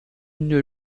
une